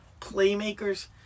playmakers